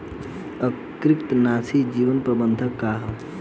एकीकृत नाशी जीव प्रबंधन का ह?